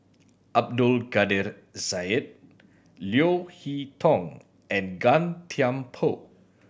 Abdul Kadir Syed Leo Hee Tong and Gan Thiam Poh